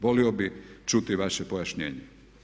Volio bih čuti vaše pojašnjenje.